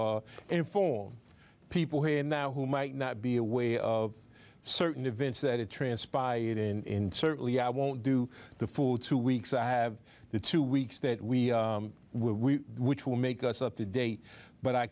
to inform people here now who might not be aware of certain events that it transpired in certainly i won't do the food two weeks i have the two weeks that we we which will make us up to date but i